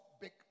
big